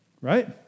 Right